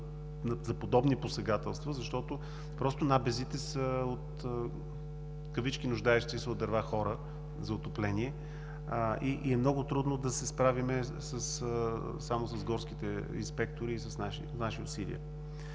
за подобни посегателства, защото набезите са от „нуждаещи се“ от дърва хора за отопление и е много трудно да се справим само с горските инспектори и с наши усилия.